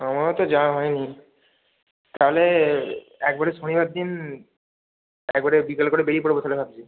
আমারও তো যাওয়া হয়নি তাহলে একবারে শনিবার দিন একবারে বিকেল করে বেরিয়ে পড়ব তাহলে ভাবছি